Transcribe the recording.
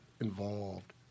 involved